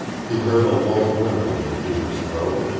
he heard a low whimper in peter's throat,